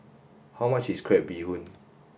how much is crab bee hoon